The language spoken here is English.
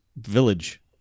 village